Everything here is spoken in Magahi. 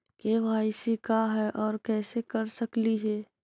के.वाई.सी का है, और कैसे कर सकली हे?